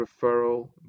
referral